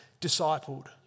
discipled